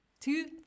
Two